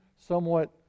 somewhat